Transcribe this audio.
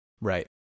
Right